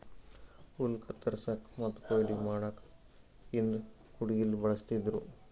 ಹುಲ್ಲ್ ಕತ್ತರಸಕ್ಕ್ ಮತ್ತ್ ಕೊಯ್ಲಿ ಮಾಡಕ್ಕ್ ಹಿಂದ್ ಕುಡ್ಗಿಲ್ ಬಳಸ್ತಿದ್ರು